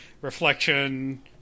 Reflection